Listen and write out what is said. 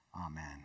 amen